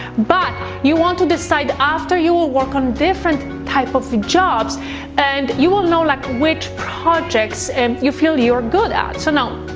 but you want to decide after you will work on different types of jobs and you will know like which projects and you feel you're good at. so now,